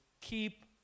keep